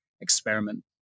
experiment